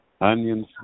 Onions